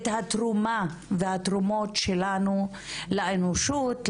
את התרומה והתרומות שלנו לאנושות,